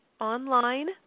online